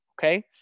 Okay